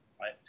right